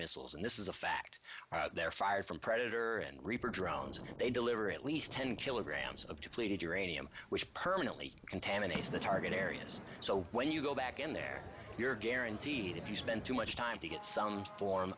missiles and this is a fact they're fired from predator and reaper drones and they deliver at least ten kilograms of depleted uranium which permanently contaminated the target areas so when you go back in there you're guaranteed if you spend too much time to get some form